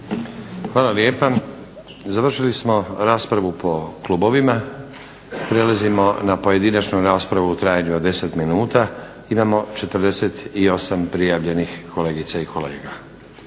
Hvala lijepa. Završili smo raspravu po klubovima. Prelazimo na pojedinačnu raspravu u trajanju od 10 minuta. Imamo 48 prijavljenih kolegica i kolega.